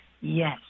Yes